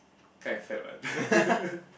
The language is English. I think I failed ah